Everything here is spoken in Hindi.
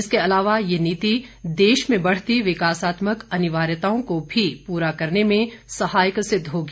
इसके अलावा ये नीति देश की बढ़ती विकासात्मक अनिवार्यताओं को भी पूरा करने में सहायक सिद्ध होगी